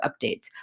updates